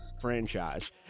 franchise